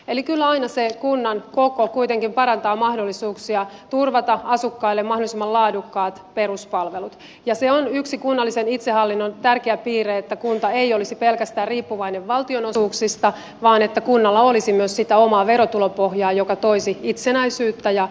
eli kyllä aina se kunnan koko kuitenkin parantaa mahdollisuuksia turvata asukkaille mahdollisimman laadukkaat peruspalvelut ja se on yksi kunnallisen itsehallinnon tärkeä piirre että kunta ei olisi pelkästään riippuvainen valtionosuuksista vaan että kunnalla olisi myös sitä omaa verotulopohjaa joka toisi itsenäisyyttä ja liikkumavaraa